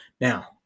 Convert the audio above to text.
Now